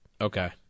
Okay